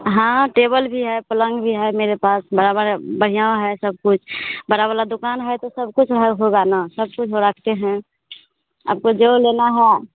हाँ टेबल भी है पलंग भी है मेरे पास बड़ा बड़ा बढ़ियाँ है सबकुछ बड़ी वाली दुक़ान है तो सबकुछ होगा ना सबकुछ हम रखते हैं आपको जो लेना है